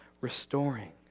restoring